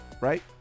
right